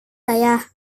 saya